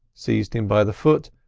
seized him by the foot,